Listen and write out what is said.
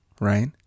Right